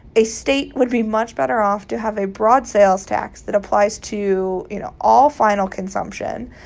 a state would be much better off to have a broad sales tax that applies to, you know, all final consumption.